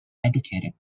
educated